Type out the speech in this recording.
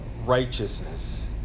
righteousness